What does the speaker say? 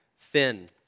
thin